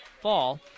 fall